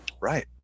right